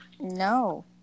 No